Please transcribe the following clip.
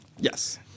Yes